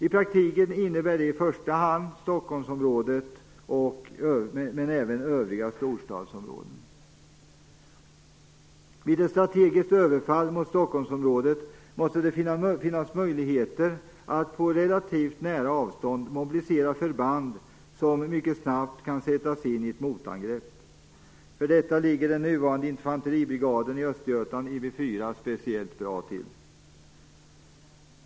I praktiken innebär det i första hand Stockholmsområdet men även övriga storstadsområden. Vid ett strategiskt överfall mot Stockholmsområdet måste det finnas möjligheter att på relativt nära avstånd mobilisera förband som mycket snabbt kan sättas in i ett motangrepp. För detta ligger den nuvarande infanteribrigaden i Östergötland, IB 4, speciellt bra till.